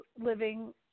living